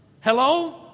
Hello